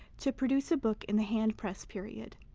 to produce a book in the hand press period.